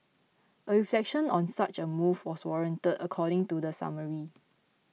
a reflection on such a move was warranted according to the summary